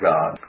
God